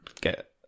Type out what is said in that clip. get